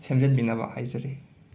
ꯁꯦꯝꯖꯤꯟꯕꯤꯅꯕ ꯍꯥꯏꯖꯔꯤ